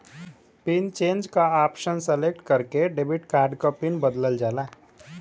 pin change क option select करके debit card क पिन बदलल जाला